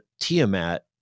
Tiamat